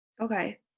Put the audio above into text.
Okay